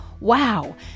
wow